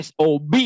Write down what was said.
SOB